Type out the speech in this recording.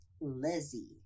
lizzie